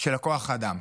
בכוח אדם.